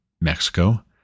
Mexico